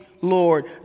Lord